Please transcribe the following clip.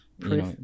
Proof